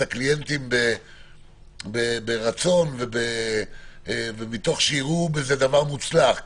הקליינטים ברצון ומתוך שיראו בזה דבר מוצלח?